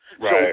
Right